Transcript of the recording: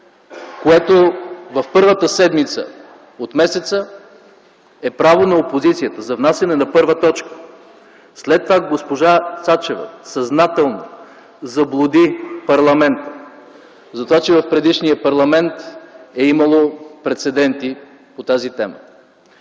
което в първата седмица от месеца е право на опозицията за внасяне на първа точка. След това госпожа Цачева съзнателно заблуди парламента за това, че в предишния парламент е имало прецеденти по тази тема.